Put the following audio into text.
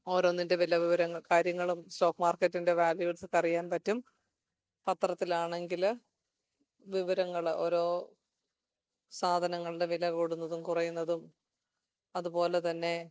ഓരോന്നിൻ്റെ വിലവിവരങ്ങൾ കാര്യങ്ങളും സ്റ്റോക്ക് മാർക്കറ്റിൻ്റെ വാല്യൂസൊക്കെ അറിയാൻ പറ്റും പത്രത്തിൽ ആണെങ്കിൽ വിവരങ്ങൾ ഓരോ സാധനങ്ങളുടെ വില കൂടുന്നതും കുറയുന്നതും അതുപോലെ തന്നെ